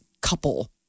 couple